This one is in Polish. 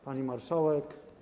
Pani Marszałek!